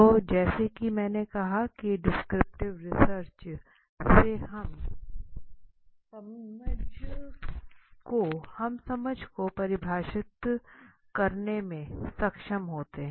तो जैसा कि मैंने कहा की डिस्क्रिप्टिव रिसर्च से हम समझ को परिभाषित करने में सक्षम होते हैं